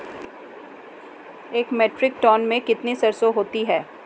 एक metric tonne में कितनी सरसों होती है?